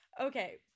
okay